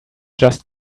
just